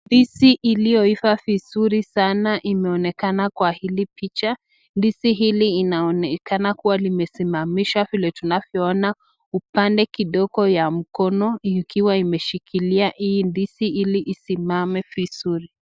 Ndizi iliyoiva vizuri sana imeonekana Kwa hili picha. Ndizi hili linaonekana imesimamishwa vile tunavyo ona, upande kidogo ya mkono ikiwa imeshikilia hii ndizi ili idimame vizuri .